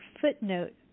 footnote